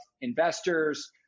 investors